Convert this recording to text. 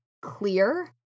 clear